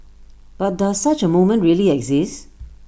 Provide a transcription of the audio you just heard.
but does such A moment really exist